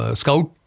scout